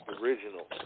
original